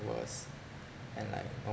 worse and like